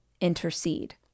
intercede